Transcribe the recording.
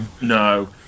no